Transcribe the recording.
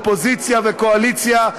אופוזיציה וקואליציה,